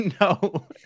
No